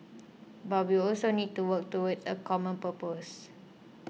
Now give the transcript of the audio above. but we also need to work towards a common purpose